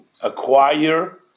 acquire